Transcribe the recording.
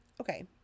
okay